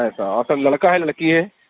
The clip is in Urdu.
ایسا اور سر لڑکا ہے یا لڑکی ہے